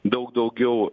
daug daugiau